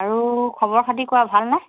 আৰু খবৰ খাতি কোৱা ভালনে